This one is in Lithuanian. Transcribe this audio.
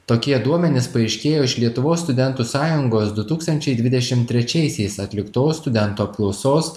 tokie duomenys paaiškėjo iš lietuvos studentų sąjungos du tūkstančiai dvidešimt trečiaisiais atliktos studentų apklausos